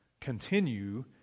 Continue